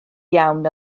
iawn